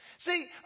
See